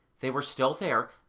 they were still there,